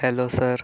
hello sir